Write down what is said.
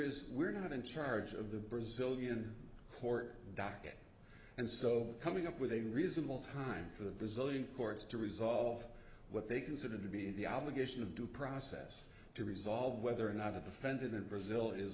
is we're not in charge of the brazilian court docket and so coming up with a reasonable time for the brazilian courts to resolve what they consider to be the obligation of due process to resolve whether or not a defendant brazil is